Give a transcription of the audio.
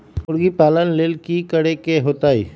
मुर्गी पालन ले कि करे के होतै?